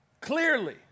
clearly